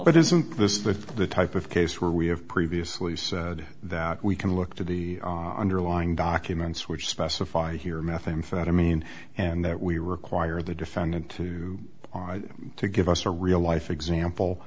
but isn't this the type of case where we have previously said that we can look to the underlying documents which specify here methamphetamine and that we require the defendant to to give us a real life example